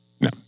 No